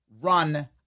run